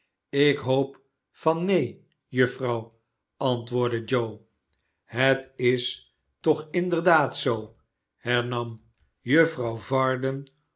ik hoop van neen juffrouw antwoordde joe het is toch inderdaad zoo hernam barnaby rudge dolly varden